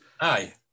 Aye